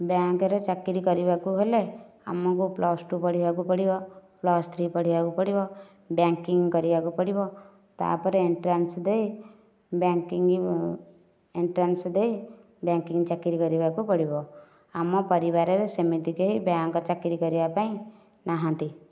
ବ୍ୟାଙ୍କରେ ଚାକିରୀ କରିବାକୁ ହେଲେ ଆମକୁ ପ୍ଲସ୍ ଟୁ ପଢିବାକୁ ପଡ଼ିବ ପ୍ଲସ୍ ଥ୍ରି ପଢିବାକୁ ପଡ଼ିବ ବ୍ୟାଙ୍କିଙ୍ଗ୍ କରିବାକୁ ପଡ଼ିବ ତାପରେ ଏନ୍ଟ୍ରାନ୍ସ ଦେଇ ବ୍ୟାଙ୍କିଙ୍ଗ୍ ଏନ୍ଟ୍ରାନ୍ସ ଦେଇ ବ୍ୟାଙ୍କିଙ୍ଗ୍ ଚାକିରୀ କରିବାକୁ ପଡିବ ଆମ ପରିବାରରେ ସେମିତି କେହି ବ୍ୟାଙ୍କ ଚାକିରୀ କରିବା ପାଇଁ ନାହାନ୍ତି